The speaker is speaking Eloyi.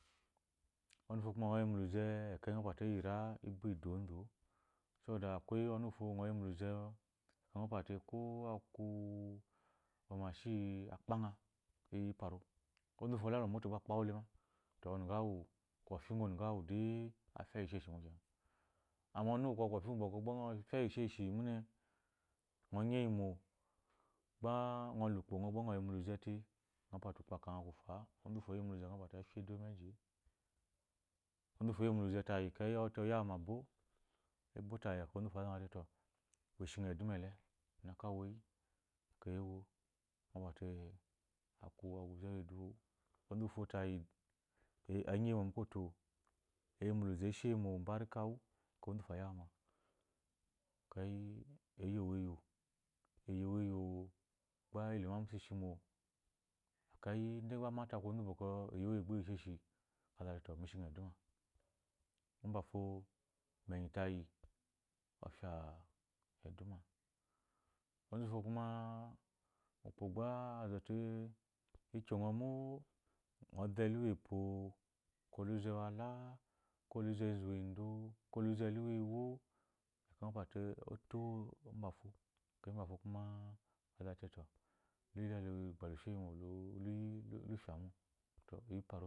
Ɔnu uwufo kuma ngɔ yi mu luze ekeyi ɔnu pwate iri ra ibo idu onzu o sode akwai ɔnu uwufo ekeyi ngɔ pwate ko omashi a kpangha iyi iparu onzu uwufo la omoto gba akpawu le ngha kofi ugwu ɔnugawu dei afya iyi esheshi mo kena amma ɔnu uwu kwɔ kɔfi ugwu agɔ fya iyi esheshi mune ngɔ nyeyimo gba ngɔ le ukpongɔ gba ngɔ yi mu luze te ngɔ pwate ukpo akangha kufwa-a nzu eyi mu luze eke ngɔ pwate afe edawo meji onzu uwufo eyi mu luze tayi ekeyi ɔte oyawuma bo ebotayi onzu uwufo azangha te to oshingha eduma na woyi ekeyi ngɔ pwate aka ɔguze uwu edawo woo onzu uwufo tayi anyemo mu koto eyi mu luze eshi imo ba arika wu ekeyi onzu uwufo awawu ma ekeyi wyowu eyo wyo wu eyo gba elo mu amsa ishimo. ekeyi ide ma a mate akun onzu uwu bwɔkwɔ iyi egbo iyi esheshi ekeyi ate to meshi nghho eduma mbafɔ mu enyi tayi ofya eduma onzu wufo kuma ukpo gba azoto ikyonghɔmo luze lunyi wepo ko luze wala ko luze enzu wedo ko luze lunyi wewo ekeyi ngɔ pwate oto enzu mbafo mbafo kuma oza yite to lunyi laba a la hu shemo lunyi lu fya mo